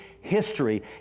history